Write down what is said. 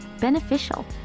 beneficial